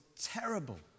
terrible